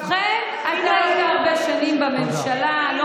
ובכן, אתה היית הרבה שנים בממשלה, תודה.